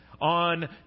on